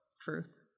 Truth